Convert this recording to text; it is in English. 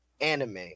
anime